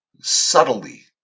subtly